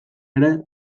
ere